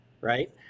right